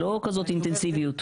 לא אינטנסיביות כזאת.